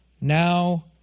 Now